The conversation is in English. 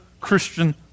Christian